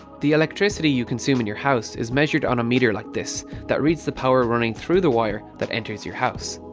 the electricity you consume in your home is measured on a meter like this that reads the power running through the wire that enters your house.